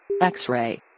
X-ray